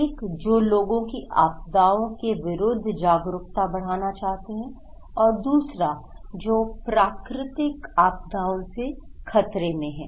एक जो लोगों की आपदाओं के विरुद्ध जागरूकता बढ़ाना चाहते हैं और दूसरा जो प्राकृतिक आपदाओं से खतरे में हैं